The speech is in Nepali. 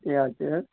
ए हजुर